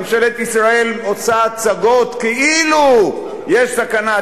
ממשלת ישראל עושה הצגות כאילו יש סכנה,